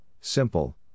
simple